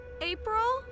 April